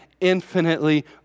infinitely